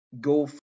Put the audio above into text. go